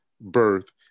birth